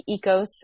ECOS